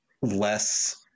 less